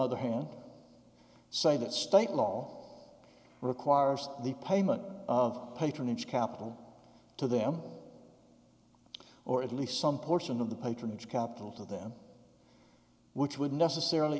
other hand say that state law requires the payment of patronage capital to them or at least some portion of the patronage capital to them which would necessarily